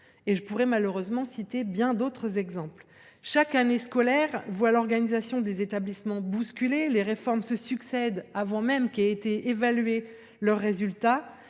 Je pourrais malheureusement citer bien d’autres exemples. Chaque année scolaire voit l’organisation des établissements bousculée ; les réformes se succèdent avant même que leurs résultats